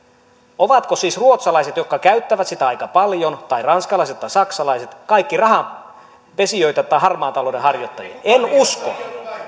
ovatko siis ruotsalaiset jotka käyttävät sitä aika paljon tai ranskalaiset tai saksalaiset kaikki rahanpesijöitä tai harmaan talouden harjoittajia en usko